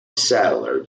settler